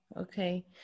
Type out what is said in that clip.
okay